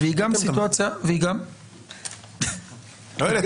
נקודת המוצא שלי היא שכשמדובר באנשים שהמדינה